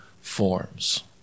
forms